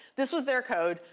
this was their code.